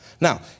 Now